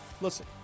listen